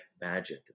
magic